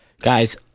Guys